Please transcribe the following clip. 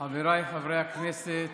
חבריי חברי הכנסת,